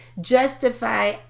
justify